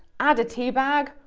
add a teabag,